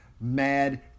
mad